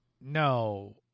no